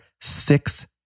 six